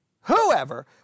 whoever